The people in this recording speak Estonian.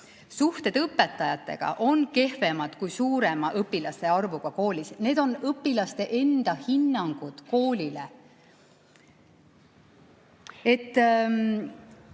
suhted õpetajatega on kehvemad kui suurema õpilaste arvuga koolis. Need on õpilaste enda hinnangud koolile. Ma